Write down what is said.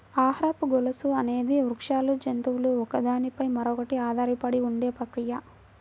ఆహారపు గొలుసు అనేది వృక్షాలు, జంతువులు ఒకదాని పై మరొకటి ఆధారపడి ఉండే ప్రక్రియ